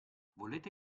volete